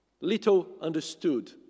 little-understood